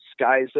Skies